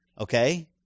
Okay